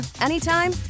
anytime